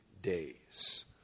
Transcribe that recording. days